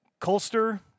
Colster